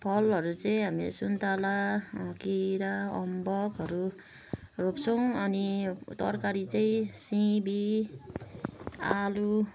फलहरू चाहिँ हामीले सुन्तला केरा अम्बकहरू रोप्छौँ अनि तरकारी चाहिँ सिमी आलु